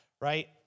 right